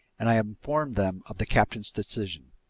and i informed them of the captain's decision.